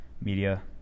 media